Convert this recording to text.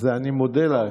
אני מודה לה.